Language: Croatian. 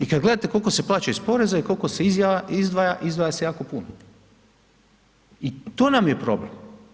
I kada gledate koliko se plaća iz poreza i koliko se izdvaja, izdvaja se jako puno i to nam je problem.